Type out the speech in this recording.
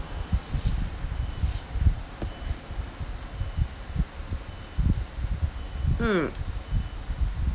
mm